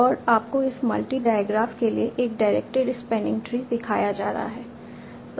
और आपको इस मल्टी डायग्राफ के लिए एक डायरेक्टेड स्पैनिंग ट्री दिखाया जा रहा है